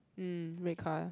mm red car